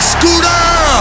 Scooter